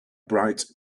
bright